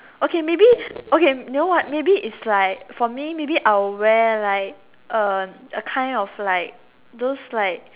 okay maybe okay you know what maybe it's like for me maybe I would wear like uh a kind of like those like